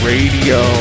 Radio